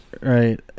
Right